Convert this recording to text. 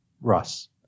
Russ